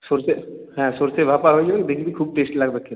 সরষে হ্যাঁ সরষে ভাপা হয়ে যাবে দেখবি খুব টেস্ট লাগবে খেতে